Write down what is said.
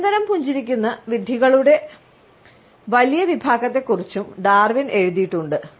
നിരന്തരം പുഞ്ചിരിക്കുന്ന വിഡ്ഢികളുടെ വലിയ വിഭാഗത്തെക്കുറിച്ചും ഡാർവിൻ എഴുതിയിട്ടുണ്ട്